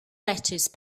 lettuce